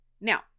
Now